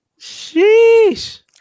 Sheesh